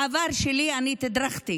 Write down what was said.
בעבר שלי אני תדרכתי